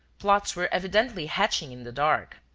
plots were evidently hatching in the dark.